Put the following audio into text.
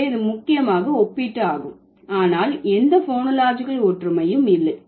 எனவே இது முக்கியமாக ஒப்பீட்டு ஆகும் ஆனால் எந்த போனோலாஜிகல் ஒற்றுமையும் இல்லை